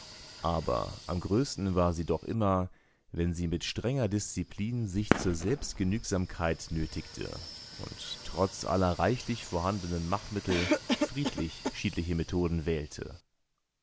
aber am größten war sie doch immer wenn sie mit strenger disziplin sich zur selbstgenügsamkeit nötigte und trotz aller reichlich vorhandenen machtmittel friedlich-schiedliche methoden wählte